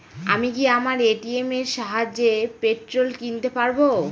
আমি কি আমার এ.টি.এম এর সাহায্যে পেট্রোল কিনতে পারব?